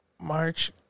March